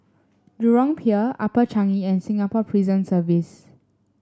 Jurong Pier Upper Changi and Singapore Prison Service